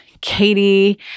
Katie